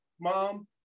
mom